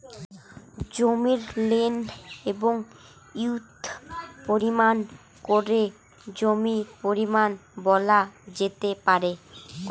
জমির লেন্থ এবং উইড্থ পরিমাপ করে জমির পরিমান বলা যেতে পারে